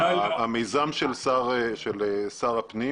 המיזם של שר הפנים